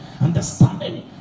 understanding